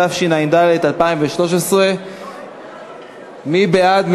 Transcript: התשע"ד 2013. מי בעד?